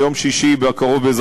ביום שישי הקרוב יהיה,